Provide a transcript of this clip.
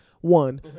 One